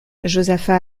josaphat